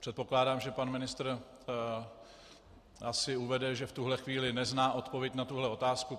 Předpokládám, že pan ministr asi uvede, že v tuto chvíli nezná odpověď na tuto otázku.